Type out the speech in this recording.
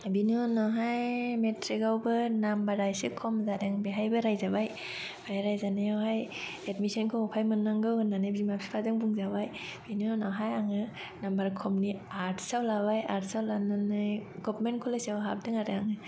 बेनि उनावहाय मेट्रिकआवबो नाम्बारा एसे खम जादों बेवहायबो रायजाबाय आमफाय रायजानायाव हाय एदमिसनखौ अफाय मोन्नांगौ होन्नानै बिमा बिफाजों बुंजाबाय बेनि उनावहाय आंङो नाम्बार खमनि आर्टसआव लाबाय आर्टसआव लानानै गभारमेन्ट कलेजआव हाबदों आरो आं